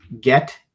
get